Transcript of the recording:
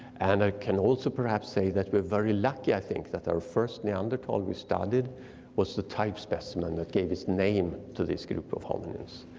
and i can also perhaps say that we're very lucky i think that our first neanderthal we studied was the type specimen that gave its name to this group of hominids.